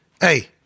hey